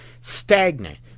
stagnant